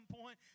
point